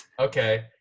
Okay